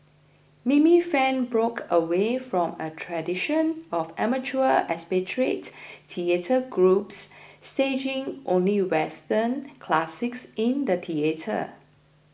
Mimi Fan broke away from a tradition of amateur expatriate theatre groups staging only Western classics in the theatre